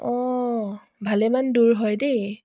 অঁ ভালেমান দূৰ হয় দেই